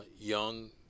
young